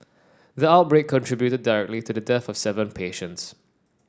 the outbreak contributed directly to the death of seven patients